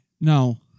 no